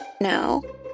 No